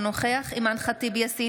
אינו נוכח אימאן ח'טיב יאסין,